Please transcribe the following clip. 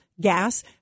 Gas